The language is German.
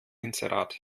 inserat